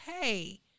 Hey